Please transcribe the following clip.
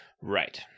Right